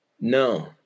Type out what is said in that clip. No